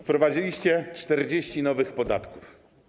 Wprowadziliście 40 nowych podatków.